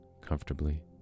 comfortably